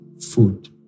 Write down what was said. food